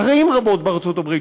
ערים רבות בארצות הברית,